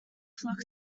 flock